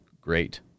Great